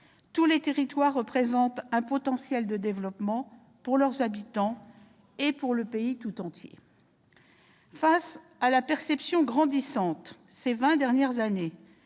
Tous les territoires représentent un potentiel de développement pour leurs habitants et le pays tout entier. Face à la perception grandissante, au cours des vingt dernières années,